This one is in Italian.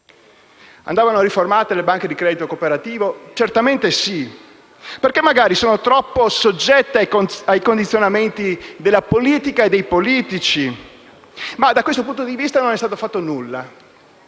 Andavano riformate le banche di credito cooperativo? Certamente sì, perché magari sono troppo soggette ai condizionamenti della politica e dei politici, ma da questo punto di vista non è stato fatto nulla.